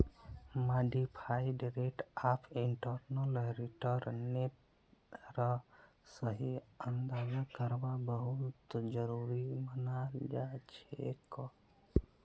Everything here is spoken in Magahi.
मॉडिफाइड रेट ऑफ इंटरनल रिटर्नेर सही अंदाजा करवा बहुत जरूरी मनाल जाछेक